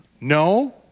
No